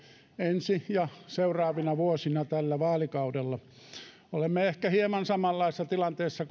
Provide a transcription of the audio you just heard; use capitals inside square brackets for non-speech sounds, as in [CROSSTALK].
ensi ja seuraavina vuosina tällä vaalikaudella olemme ehkä hieman samanlaisessa tilanteessa [UNINTELLIGIBLE]